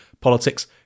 politics